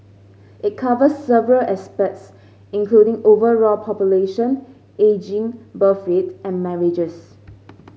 it covers several aspects including overall population ageing birth rate and marriages